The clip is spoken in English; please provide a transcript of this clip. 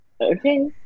okay